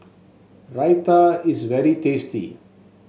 raita is very tasty